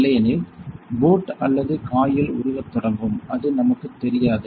இல்லையெனில் போட் அல்லது காயில் உருகத் தொடங்கும் அது நமக்குத் தெரியாது